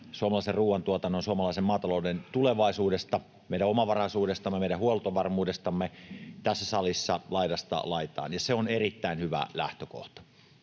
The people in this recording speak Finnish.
suomalaisen ruuantuotannon, suomalaisen maatalouden, tulevaisuudesta — meidän omavaraisuudestamme, meidän huoltovarmuudestamme — tässä salissa laidasta laitaan, ja se on erittäin hyvä lähtökohta.